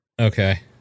Okay